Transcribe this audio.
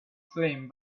flame